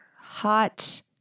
hot